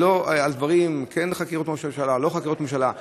ולא על דברים של כן חקירות ראש הממשלה לא חקירות ראש הממשלה.